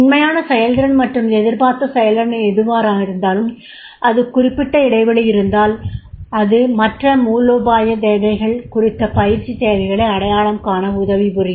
உண்மையான செயல்திறன் மற்றும் எதிர்பார்த்த செயல்திறன் எதுவாக இருந்தாலும் இந்த குறிப்பிட்ட இடைவெளி இருந்தால் அது மற்ற மூலோபாய தேவைகள் குறித்த பயிற்சி தேவைகளை அடையாளம் காண உதவி புரியும்